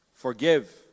Forgive